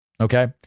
Okay